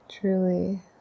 truly